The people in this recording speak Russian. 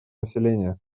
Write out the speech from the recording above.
населения